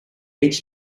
each